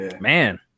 Man